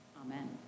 Amen